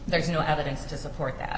there's no evidence to support that